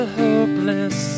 hopeless